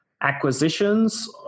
acquisitions